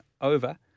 over